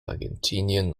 argentinien